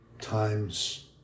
times